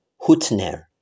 Hutner